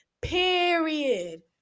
Period